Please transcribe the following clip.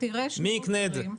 מי יקנה את זה?